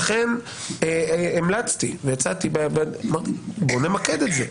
לכן המלצתי והצעתי למקד את זה.